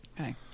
Okay